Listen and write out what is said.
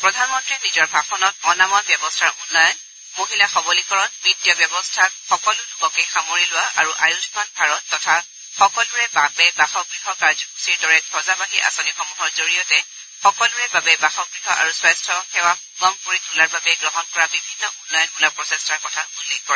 প্ৰধান মন্ত্ৰীয়ে নিজৰ ভাষণত অনাময় ব্যৱস্থাৰ উন্নয়ন মহিলা সৱলীকৰণ বিত্তীয় ব্যৱস্থাত সকলো লোককে সামৰি লোৱা আৰু আয়ুস্মান ভাৰত তথা সকলোৰে বাবে বাসগৃহ কাৰ্যসূচীৰ দৰে ধবজাবাহী আঁচনিসমূহৰ জৰিয়তে সকলোৰে বাবে বাসগৃহ আৰু স্বাস্থ্য সেৱা সুগম কৰি তোলাৰ বাবে গ্ৰহণ কৰা বিভিন্ন উন্নয়নমূলক প্ৰচেষ্টাৰ কথা উল্লেখ কৰে